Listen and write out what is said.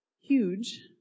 huge